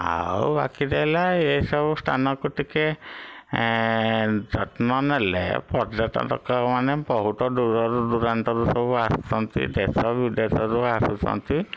ଆଉ ବାକି ରହିଲା ଏସବୁ ସ୍ଥାନକୁ ଟିକିଏ ଯତ୍ନ ନେଲେ ପର୍ଯ୍ୟଟକ ମାନେ ବହୁତ ଦୂରରୁ ଦୂରାନ୍ତରୁ ସବୁ ଆସୁଛନ୍ତି ଦେଶ ବିଦେଶରୁ ଆସୁଛନ୍ତି